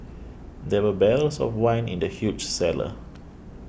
there were barrels of wine in the huge cellar